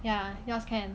ya yours can